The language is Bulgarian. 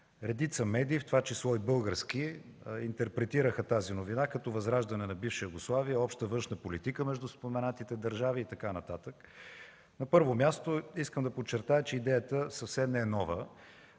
Редица медии, в това число и български, интерпретираха тази новина като възраждане на бивша Югославия, обща външна политика между споменатите държави и така нататък. На първо място, искам да подчертая, че идеята съвсем не е нова.